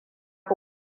fi